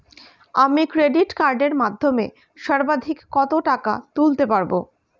আমি ক্রেডিট কার্ডের মাধ্যমে সর্বাধিক কত টাকা তুলতে পারব?